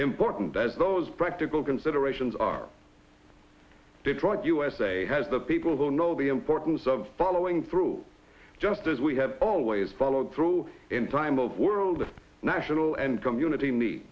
important as those practical considerations are detroit usa has the people who know the importance of following through just as we have always followed through in times of world national and community ne